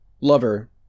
lover